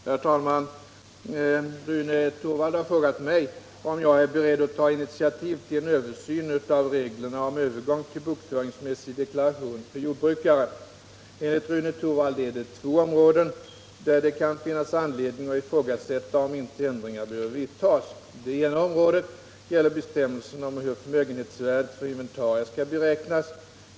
Herr talman! Rune Torwald har frågat mig om jag är beredd att ta initiativ till en översyn av reglerna om övergång till bokföringsmässig deklaration för jordbrukare. Enligt Rune Torwald är det två områden där det kan finnas anledning att ifrågasätta om inte ändringar behöver vidtagas. Det ena området gäller bestämmelserna om hur förmögenhetsvärdet för inventarier skall beräknas.